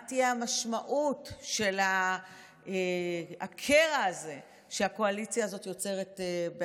מה תהיה המשמעות של הקרע הזה שהקואליציה הזאת יוצרת בעצמה?